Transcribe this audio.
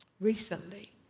recently